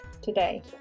today